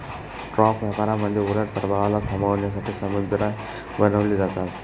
stock व्यापारामध्ये उलट प्रभावाला थांबवण्यासाठी समुदाय बनवले जातात